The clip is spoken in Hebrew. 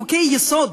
חוקי-יסוד,